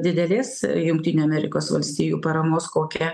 didelės jungtinių amerikos valstijų paramos kokią